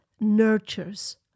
nurtures